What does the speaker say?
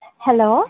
hello